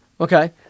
Okay